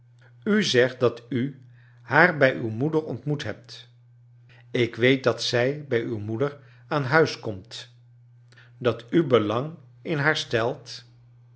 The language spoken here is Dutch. u zegt dat u baar bij uw nioeder ontmoet hebt ik weefc dat zij bij uw moeder aan huis komt dat u belang in